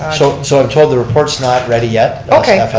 so so i'm told the report's not ready yet. okay,